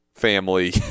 family